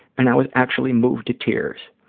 and i was actually moved to tears.